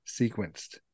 sequenced